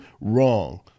wrong